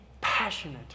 passionate